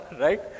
right